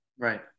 right